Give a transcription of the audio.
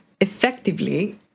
effectively